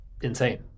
insane